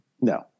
No